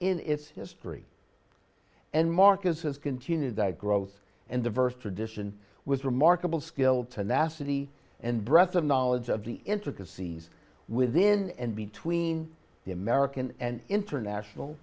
in its history and marcus has continued that growth and diverse tradition was remarkable skill tenacity and breadth of knowledge of the intricacies within and between the american and international